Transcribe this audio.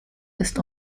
ist